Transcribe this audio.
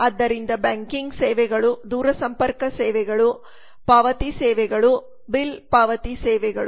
ಆದ್ದರಿಂದ ಬ್ಯಾಂಕಿಂಗ್ ಸೇವೆಗಳು ದೂರಸಂಪರ್ಕ ಸೇವೆಗಳು ಪಾವತಿ ಸೇವೆಗಳು ಬಿಲ್ ಪಾವತಿ ಸೇವೆಗಳು